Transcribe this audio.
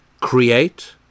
Create